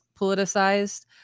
politicized